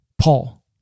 Paul